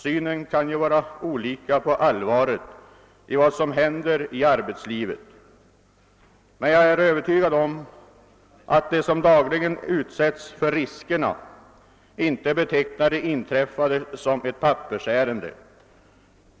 Synen på det allvarliga i vad som händer inom arbetslivet kan skifta, men jag är övertygad om att de som dagligen utsätts för riskerna inte betecknar det inträffade som ett »pappersärende».